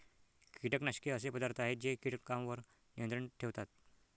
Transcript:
कीटकनाशके असे पदार्थ आहेत जे कीटकांवर नियंत्रण ठेवतात